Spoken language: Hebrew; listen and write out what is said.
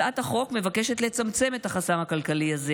הצעת החוק מבקשת לצמצם את החסם הכלכלי הזה,